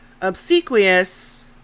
Obsequious